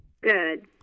Good